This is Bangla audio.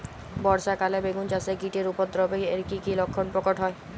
বর্ষা কালে বেগুন গাছে কীটের উপদ্রবে এর কী কী লক্ষণ প্রকট হয়?